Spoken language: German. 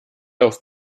auf